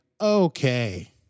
Okay